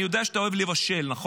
אני יודע שאתה אוהב לבשל, נכון?